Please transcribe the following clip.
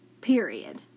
Period